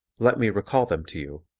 let me recall them to you